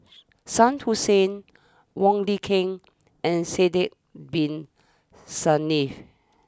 Shah Hussain Wong Lin Ken and Sidek Bin Saniff